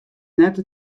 net